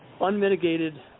Unmitigated